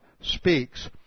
speaks